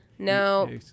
No